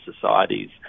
societies